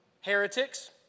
heretics